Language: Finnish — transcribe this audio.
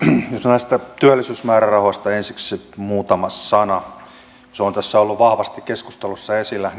näistä työllisyysmäärärahoista ensiksi muutama sana niiden riittämättömyys on tässä ollut vahvasti keskustelussa esillä